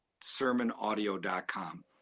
Sermonaudio.com